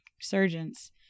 resurgence